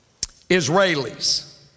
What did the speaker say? Israelis